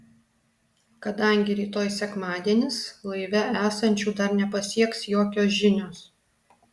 kadangi rytoj sekmadienis laive esančių dar nepasieks jokios žinios